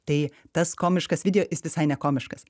tai tas komiškas video visai ne komiškas